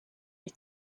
ich